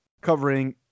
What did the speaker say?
covering